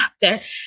doctor